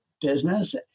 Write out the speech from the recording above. business